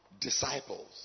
disciples